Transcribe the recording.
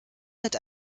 mit